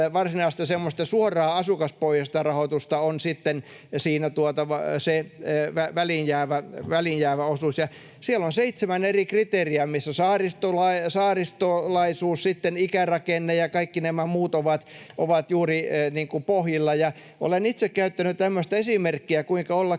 semmoista suoraa asukaspohjaista rahoitusta on siinä sitten se väliin jäävä osuus. Siellä on seitsemän eri kriteeriä: saaristolaisuus, sitten ikärakenne, ja kaikki nämä muut ovat juuri pohjilla. Olen itse käyttänyt tämmöistä esimerkkiä, kuinka ollakaan